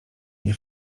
nie